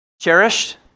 Cherished